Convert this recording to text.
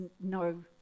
no